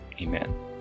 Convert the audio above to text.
Amen